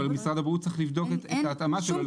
אבל משרד הבריאות צריך לבדוק את ההתאמה שלו לתמרוק הייחוס.